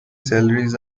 salaries